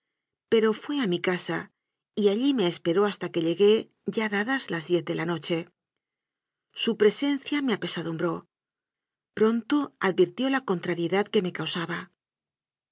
pero fué a mi casa y allí me esperó hasta que llegué ya dadas las diez de la noche su pre sencia me apesadumbró pronto advirtió la con trariedad que me causaba